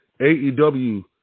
AEW